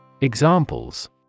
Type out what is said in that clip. Examples